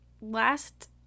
last